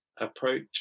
approach